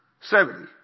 seventy